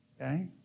Okay